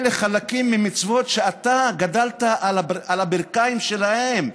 אלה חלקים ממצוות שאתה גדלת על הברכיים שלהן.